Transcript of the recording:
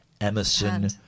Emerson